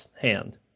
hand